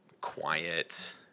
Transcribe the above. quiet